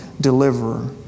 deliverer